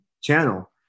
channel